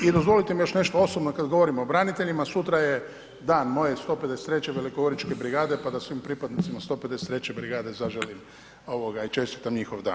I dozvole mi još nešto osobno kad govorimo o braniteljima, sutra je dan moje 153. velikogoričke brigade pa da svim pripadnicima 153. brigade zaželim i čestitam njihov dan.